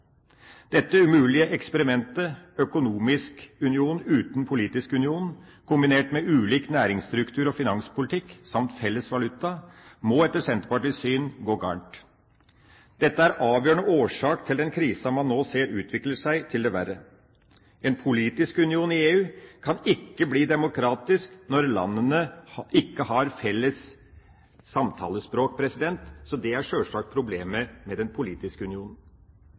Dette umulige eksperimentet – økonomisk union uten politisk union – kombinert med ulik næringsstruktur og finanspolitikk samt felles valuta må etter Senterpartiets syn gå galt. Dette er avgjørende årsak til den krisa man nå ser utvikle seg til det verre. En politisk union i EU kan ikke bli demokratisk når landene ikke har felles samtalespråk. Det er sjølsagt problemet med den politiske unionen.